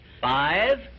Five